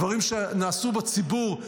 דברים שנעשו בציבור,